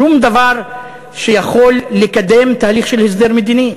שום דבר שיכול לקדם תהליך של הסדר מדיני.